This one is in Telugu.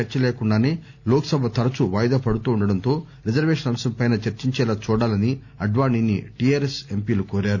చర్చ లేకుండానే లోక్సభ తరచూ వాయిదా పడతుండడంతో రిజర్వేషన్ల అంశంపై చర్చించేలా చూడాలని ఆడ్వాణిని టీఎఆర్ఎస్ ఎంపీలు కోరారు